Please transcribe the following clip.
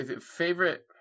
Favorite